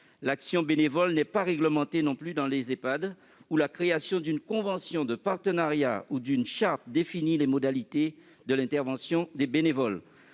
L'action bénévole n'est pas réglementée non plus dans les Ehpad, où la création d'une convention de partenariat ou d'une charte définit les modalités de l'intervention des bénévoles.